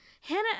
Hannah